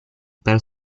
per